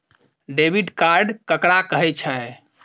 Debit card ककरा कहै छै?